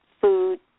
food